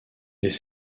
les